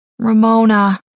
Ramona